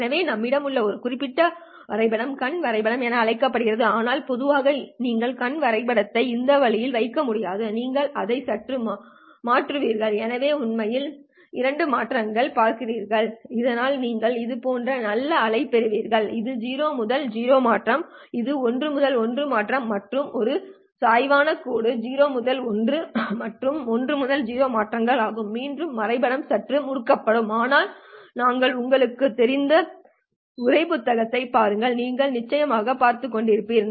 எனவே நம்மிடம் உள்ள இந்த குறிப்பிட்ட வரைபடம் கண் வரைபடம் என்று அழைக்கப்படுகிறது ஆனால் பொதுவாக நீங்கள் கண் வரைபடத்தை இந்த வழியில் வைக்க முடியாது நீங்கள் அதை சற்று மாற்றுவீர்கள் எனவே உண்மையில் இரண்டு மாற்றங்களைப் பார்க்கிறீர்கள் இதனால் நீங்கள் இது போன்ற நல்ல அலை வெளியேறுகிறது இது 0 முதல் 0 மாற்றம் இது 1 முதல் 1 மாற்றம் மற்றும் இதன் சாய்வான கோடுகள் 0 முதல் 1 மற்றும் 1 முதல் 0 மாற்றங்கள் ஆகும் மீண்டும் வரைபடம் சற்று முடக்கப்பட்டுள்ளது ஆனால் நாங்கள் உங்களுக்குத் தெரிந்த உரை புத்தகத்தைப் பாருங்கள் நீங்கள் நிச்சயமாக பார்த்துக் கொண்டிருப்பீர்கள்